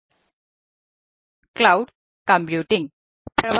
Cloud Computing cloud computing Prof